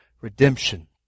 redemption